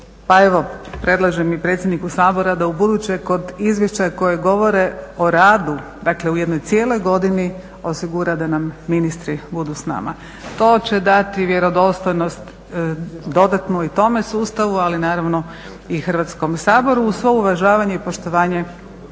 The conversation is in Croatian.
Pa evo predlažem i predsjedniku Sabora da ubuduće kod izvješća koja govore o radu dakle u jednoj cijeloj godini osigura da nam ministri budu s nama. To će dati vjerodostojnost dodatnu i tome sustavu, ali naravno i Hrvatskom saboru, uz svo uvažavanje i poštovanje